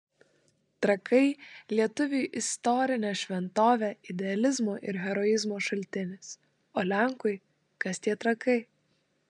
trakai lietuviui istorinė šventovė idealizmo ir heroizmo šaltinis o lenkui kas tie trakai